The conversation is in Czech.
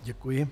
Děkuji.